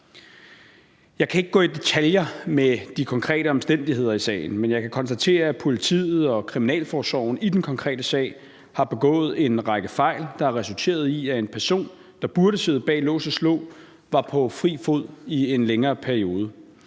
Jeg kan ikke gå i detaljer med de konkrete omstændigheder i sagen, men jeg kan konstatere, at politiet og kriminalforsorgen i den konkrete sag har begået en række fejl, der har resulteret i, at en person, der burde sidde bag lås og slå, var på fri fod i en længere periode.